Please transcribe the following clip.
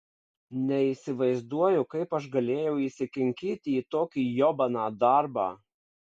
neįsivaizduoju kaip aš galėjau įsikinkyti į tokį jobaną darbą